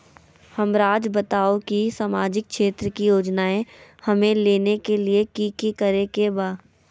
हमराज़ बताओ कि सामाजिक क्षेत्र की योजनाएं हमें लेने के लिए कि कि करे के बा?